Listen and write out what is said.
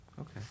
Okay